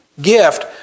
gift